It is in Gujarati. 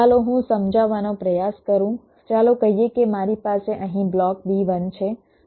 ચાલો હું સમજાવવાનો પ્રયાસ કરું ચાલો કહીએ કે મારી પાસે અહીં બ્લોક B1 છે